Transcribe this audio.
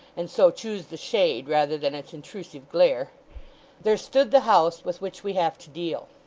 and so choose the shade rather than its intrusive glare there stood the house with which we have to deal.